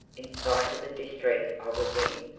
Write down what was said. in spite of the distress i was in,